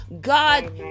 god